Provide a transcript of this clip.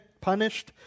punished